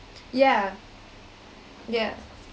yeah yeah